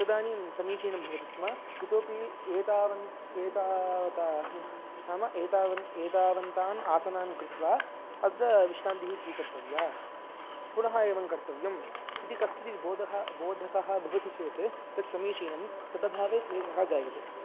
तदानीं समीचीनं भवति स्म इतोऽपि एतावन् एतावताः नाम एतावन् एतावन्तान् आसनान् कृत्वा अत्र विश्रान्तिः स्वीकर्तव्या पुनः एवं कर्तव्यम् इति कश्चिद् बोधः बोधकः भवति चेत् तत् समीचीनं तदभावे क्लेशः जायते